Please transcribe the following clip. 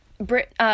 Brit